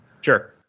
Sure